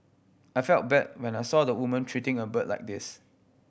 I felt bad when I saw the woman treating a bird like this